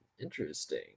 Interesting